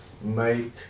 make